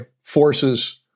forces